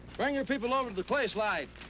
bring your people over to the clay slide.